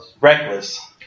reckless